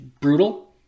brutal